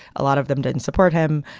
a lot of them didn't support him.